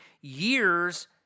years